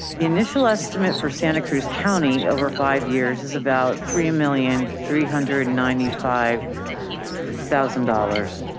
the initial estimate for santa cruz county over five years is about three and million, three hundred and ninety five thousand dollars.